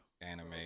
anime